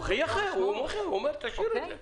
הוא אומר: תשאירו את זה.